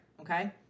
okay